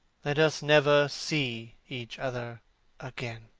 let us never see each other again.